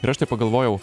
ir aš taip pagalvojau